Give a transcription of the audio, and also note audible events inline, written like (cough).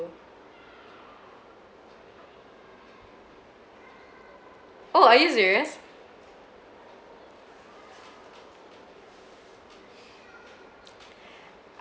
oh are you serious (breath)